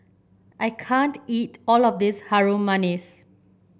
I can't eat all of this Harum Manis